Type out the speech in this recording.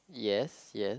yes yes